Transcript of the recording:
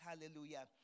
hallelujah